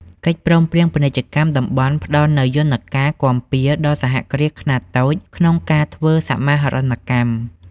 កិច្ចព្រមព្រៀងពាណិជ្ជកម្មតំបន់ផ្ដល់នូវយន្តការគាំពារដល់សហគ្រាសខ្នាតតូចក្នុងការធ្វើសមាហរណកម្ម។